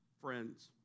friends